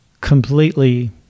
completely